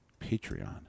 Patreon